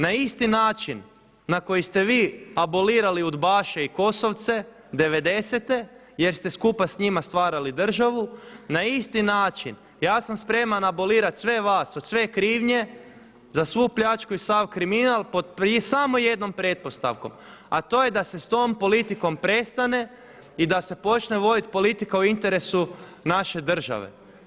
Na isti način na koji ste vi abolirali udbaše i kosovce devedesete jer ste skupa s njima stvarali državu na isti način ja sam spreman abolirati sve vas od sve krivnje za svu pljačku i sav kriminal pod samo jednom pretpostavkom a to je da se s tom politikom prestane i da se počne vodit politika u interesu naše države.